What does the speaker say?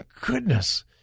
goodness